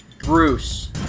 Bruce